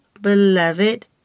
beloved